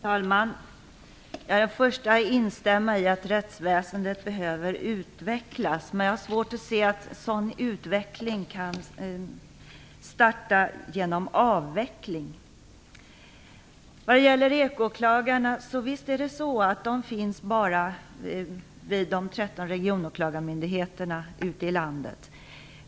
Fru talman! Jag är den första att instämma i att rättsväsendet behöver utvecklas, men jag har svårt att se att en sådan utveckling kan starta genom avveckling. Visst finns ekoåklagarna bara vid de 13 regionåklagarmyndigheterna ute i landet.